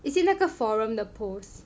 is it 那个 forum the post